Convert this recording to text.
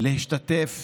ולהשתתף